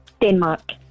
Denmark